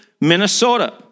Minnesota